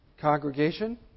Congregation